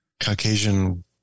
Caucasian